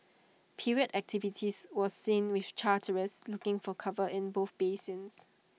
period activities was seen with charterers looking for cover in both basins